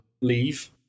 leave